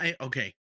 okay